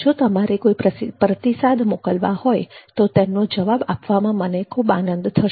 જો તમારે કોઇ પ્રતિસાદ મોકલવા હોય તો તેમનો જવાબ આપવામાં મને ખૂબ આનંદ થશે